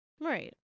Right